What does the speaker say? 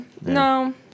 No